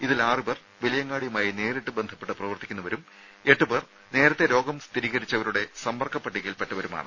ഇതിൽ ആറുപേർ വലിയങ്ങാടിയുമായി നേരിട്ട് ബന്ധപ്പെട്ട് പ്രവർത്തിക്കുന്നവരും എട്ടുപേർ നേരത്തെ രോഗം സ്ഥിരീകരിച്ചവരുടെ സമ്പർക്ക പട്ടികയിൽ പെട്ടവരുമാണ്